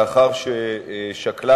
לאחר ששקלה,